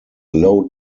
low